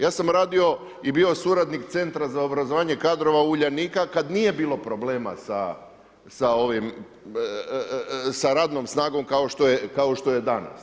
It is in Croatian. Ja sam radio i bio suradnik Centra za obrazovanje kadrova Uljanika kad nije bilo problema sa radnom snagom kao što je danas.